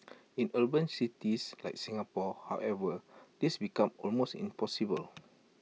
in urban cities like Singapore however this becomes almost impossible